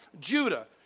Judah